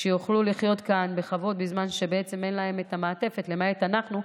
שיוכלו לחיות כאן בכבוד בזמן שבעצם אין להם את המעטפת למעט אנחנו.